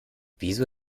wieso